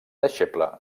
deixeble